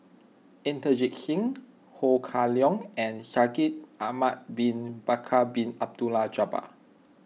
Inderjit Singh Ho Kah Leong and Shaikh Ahmad Bin Bakar Bin Abdullah Jabbar